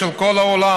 של כל העולם.